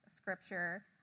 scripture